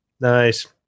Nice